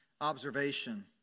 observation